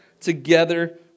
together